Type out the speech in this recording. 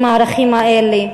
עם הערכים האלה.